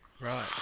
Right